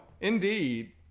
Indeed